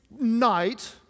night